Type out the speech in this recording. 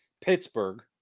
Pittsburgh